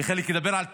וחלק ידבר על תרבות,